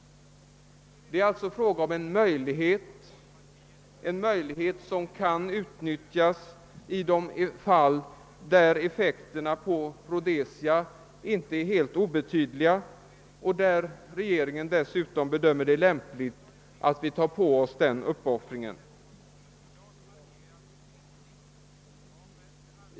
Det är sålunda fråga om en möjlighet som kan utnyttjas i fall där effekterna för Rhodesia inte är helt obetydliga och där regeringen dessutom bedömer det som lämpligt att vi tar på oss den uppoffringen.